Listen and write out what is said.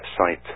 website